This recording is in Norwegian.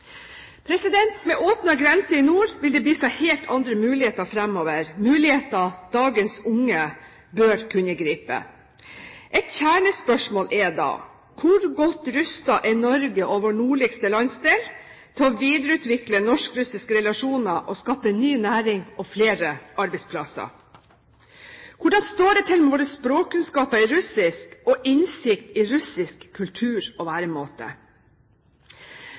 Med åpnere grenser i nord vil det by seg helt andre muligheter fremover – muligheter dagens unge bør gripe. Et kjernespørsmål er da: Hvor godt rustet er Norge og vår nordligste landsdel til å videreutvikle norsk-russiske relasjoner og skape ny næring og flere arbeidsplasser? Hvordan står det til med våre språkkunnskaper i russisk og vår innsikt i russisk kultur og væremåte?